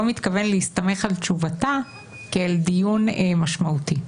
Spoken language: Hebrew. מתכוון להסתמך על תשובתה כאל דיון משמעותי.